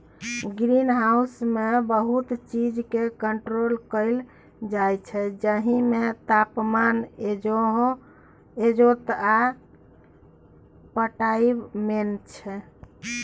green हाउसमे बहुत चीजकेँ कंट्रोल कएल जाइत छै जाहिमे तापमान, इजोत आ पटाएब मेन छै